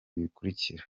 bikurikira